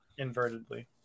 invertedly